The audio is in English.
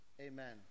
Amen